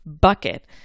bucket